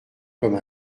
comme